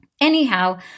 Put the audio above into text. Anyhow